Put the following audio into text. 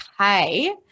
okay